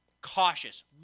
cautious